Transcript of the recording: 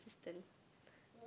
assistant